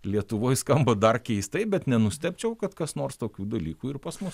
lietuvoj skamba dar keistai bet nenustebčiau kad kas nors tokių dalykų ir pas mus